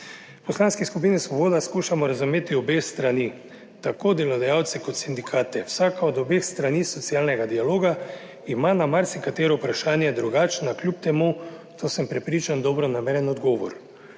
Poslanski skupini Svoboda skušamo razumeti obe strani, tako delodajalce kot sindikate. Vsaka od obeh strani socialnega dialoga ima na marsikatero vprašanje drugačen, a kljub temu, to sem prepričan, dobronameren odgovor,